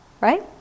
Right